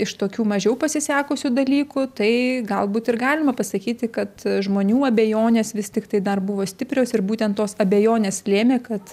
iš tokių mažiau pasisekusių dalykų tai galbūt ir galima pasakyti kad žmonių abejonės vis tiktai dar buvo stiprios ir būtent tos abejonės lėmė kad